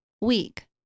week